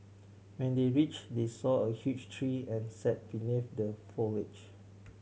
when they reached they saw a huge tree and sat beneath the foliage